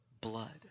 blood